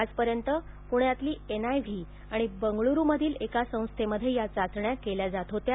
आजपर्यंत पुण्यातली एनआयव्ही आणि बंगळुरू मधील एका संस्थेमध्ये या चाचण्या केल्या जात होत्या